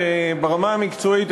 ברמה המקצועית,